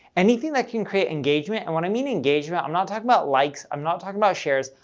anything that can create engagement, and when i mean engagement, i'm not talking about likes, i'm not talking about shares,